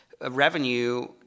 revenue